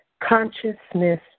consciousness